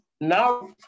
now